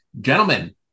Gentlemen